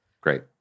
Great